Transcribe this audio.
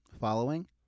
following